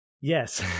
Yes